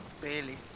Barely